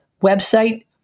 Website